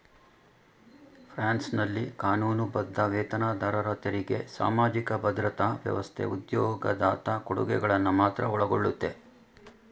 ಫ್ರಾನ್ಸ್ನಲ್ಲಿ ಕಾನೂನುಬದ್ಧ ವೇತನದಾರರ ತೆರಿಗೆ ಸಾಮಾಜಿಕ ಭದ್ರತಾ ವ್ಯವಸ್ಥೆ ಉದ್ಯೋಗದಾತ ಕೊಡುಗೆಗಳನ್ನ ಮಾತ್ರ ಒಳಗೊಳ್ಳುತ್ತೆ